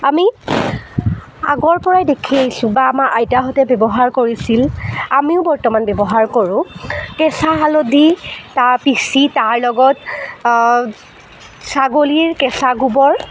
আমি আগৰপৰাই দেখি আহিছোঁ বা আমাৰ আইতাহঁতে ব্যৱহাৰ কৰিছিল আমিও বৰ্তমান ব্যৱহাৰ কৰোঁ কেঁচা হালধি পিচি তাৰ লগত ছাগলীৰ কেঁচা গোবৰ